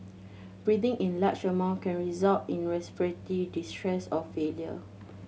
breathing in large amount can result in respiratory distress or failure